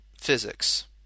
physics